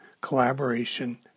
collaboration